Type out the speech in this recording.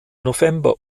november